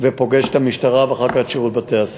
ופוגש את המשטרה, ואחר כך את שירות בתי-הסוהר.